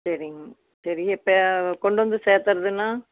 சரிங்க சரி இப்போ கொண்டு வந்து சேர்க்கறதுனா